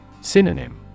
Synonym